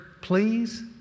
please